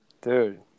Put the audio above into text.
Dude